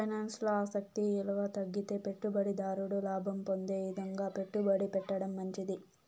ఫైనాన్స్ల ఆస్తి ఇలువ తగ్గితే పెట్టుబడి దారుడు లాభం పొందే ఇదంగా పెట్టుబడి పెట్టడం మంచిది